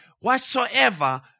whatsoever